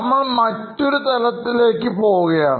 നമ്മൾ മറ്റൊരു തലത്തിലേക്ക് പോവുകയാണ്